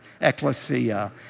ecclesia